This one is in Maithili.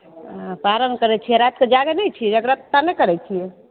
हँ पारन करै छियै राति कऽ जागै नहि छियै जगरत्ता नहि करै छियै